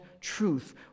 truth